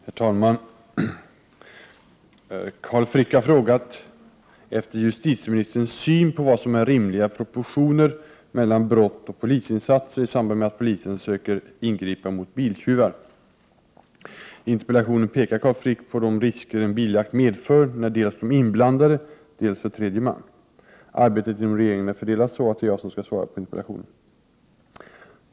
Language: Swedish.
Herr talman! Carl Frick har frågat efter justitieministerns syn på vad som är rimliga proportioner mellan brott och polisinsatser i samband med att polisen söker ingripa mot biltjuvar. I interpellationen pekar Carl Frick på de risker en biljakt medför för dels de inblandade, dels för tredje man. Arbetet inom regeringen är fördelat så, att det är jag som skall svara på interpellationen.